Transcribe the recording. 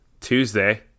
Tuesday